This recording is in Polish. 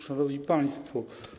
Szanowni Państwo!